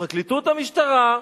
פרקליטוּת המשטרה,